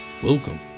Welcome